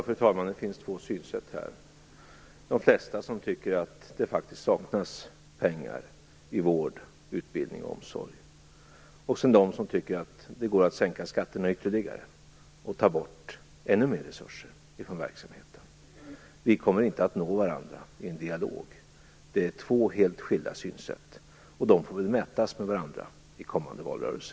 Fru talman! Det finns två synsätt här. De flesta tycker att det faktiskt saknas pengar inom vård, utbildning och omsorg. Sedan har vi de som tycker att det går att sänka skatterna ytterligare och att ta bort ännu mera resurser från verksamheterna. Vi kommer inte att nå varandra i en dialog. Det är två helt skilda synsätt, och de får väl mätas med varandra i kommande valrörelse.